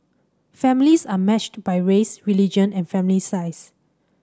families are matched by race religion and family size